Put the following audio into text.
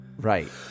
Right